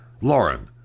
lauren